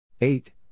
Eight